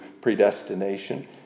predestination